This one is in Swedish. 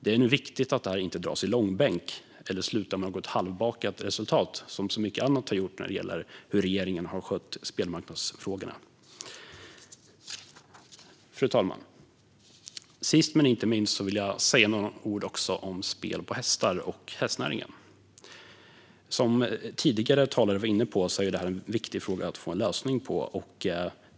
Det är nu viktigt att det inte dras i långbänk eller slutar med något halvbakat resultat som så mycket annat när det gäller hur regeringen har skött spelmarknadsfrågorna. Fru talman! Sist men inte minst vill jag säga några ord om spel på hästar och hästnäringen. Som tidigare talare var inne på är det en viktig fråga att få en lösning på.